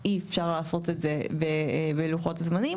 אי אפשר לעשות את זה בלוחות הזמנים,